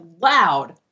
loud